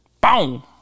Boom